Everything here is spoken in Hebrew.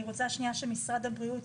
משרד הבריאות,